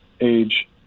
age